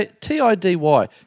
T-I-D-Y